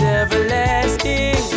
everlasting